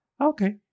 Okay